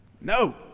no